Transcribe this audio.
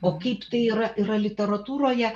o kaip tai yra yra literatūroje